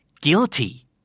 guilty